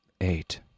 Eight